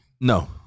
No